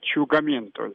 šių gamintojų